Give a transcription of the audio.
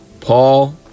paul